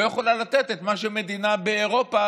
לא יכולה לתת את מה שמדינה באירופה